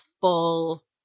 full